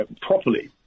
properly